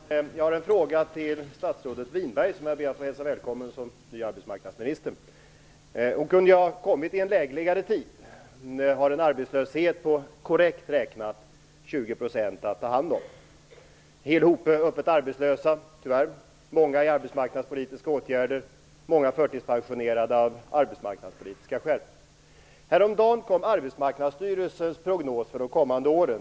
Fru talman! Jag har en fråga till statsrådet Winberg, som jag ber att få hälsa välkommen som ny arbetsmarknadsminister. Hon kunde ha kommit i en lägligare tid. Hon har en arbetslöshet på korrekt räknat 20 % att ta hand om. En hel hop öppet arbetslösa, tyvärr; många i arbetsmarknadspolitiska åtgärder, många förtidspensionerade av arbetsmarknadspolitiska skäl. Häromdagen kom Arbetsmarknadsstyrelsens prognos för de kommande åren.